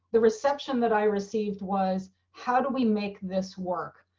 the reception that i received was how do we make this work.